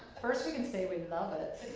first we can say we love it.